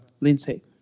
Lindsay